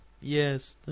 Yes